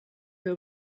you